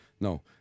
no